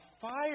fire